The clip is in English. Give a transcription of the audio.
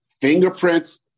fingerprints